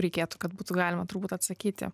reikėtų kad būtų galima turbūt atsakyti